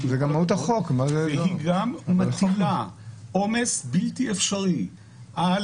והיא גם מטילה עומס בלתי אפשרי על